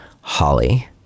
Holly